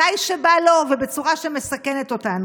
מתי שבא לו ובצורה שמסכנת אותנו?